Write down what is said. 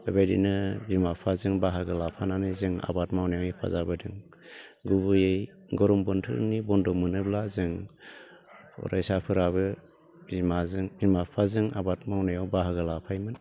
बेबायदिनो बिमा बिफाजों बाहागो लाफानानै जों आबाद मावनायाव हेफाजाब होदों गुबैयै गरम बन्थरनि बन्द मोनोब्ला जों फरायसाफोराबो बिमाजों बिमा बिफाजों आबाद मावनायाव बाहागो लाफायोमोन